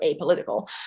apolitical